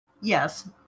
Yes